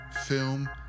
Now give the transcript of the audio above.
film